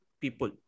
people